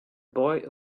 boy